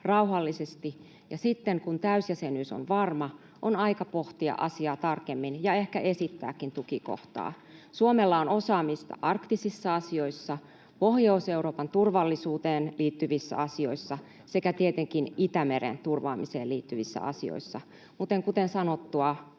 rauhallisesti, ja sitten kun täysjäsenyys on varma, on aika pohtia asiaa tarkemmin ja ehkä esittääkin tukikohtaa. Suomella on osaamista arktisissa asioissa, Pohjois-Euroopan turvallisuuteen liittyvissä asioissa sekä tietenkin Itämeren turvaamiseen liittyvissä asioissa. Mutta kuten sanottua,